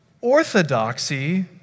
orthodoxy